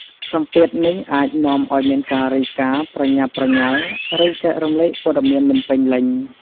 សម្ពាធនេះអាចនាំឱ្យមានការរាយការណ៍ប្រញាប់ប្រញាល់ ឬចែករំលែកព័ត៌មានមិនពេញលេញ។